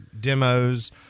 demos